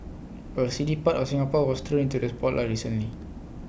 A seedy part of Singapore was thrown into the spotlight recently